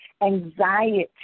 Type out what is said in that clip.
anxiety